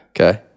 Okay